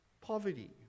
poverty